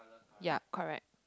ya correct